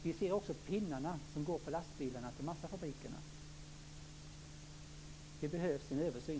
Vi ser pinnarna på lastbilarna som går till massafabrikerna. Det behövs en översyn.